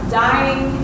dying